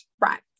right